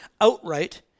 outright